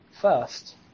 first